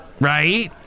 Right